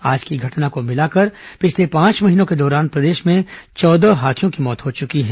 आज की घटना को मिलाकर पिछले पांच महीनों के दौरान प्रदेश में चौदह हाथियों की मौत हो चुकी है